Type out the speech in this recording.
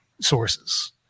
sources